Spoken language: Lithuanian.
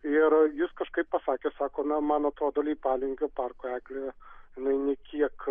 ir jis kažkaip pasakė sako na man atrodo leipalingio parko eglė jinai nė kiek